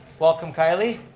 welcome kylie.